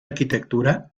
arquitectura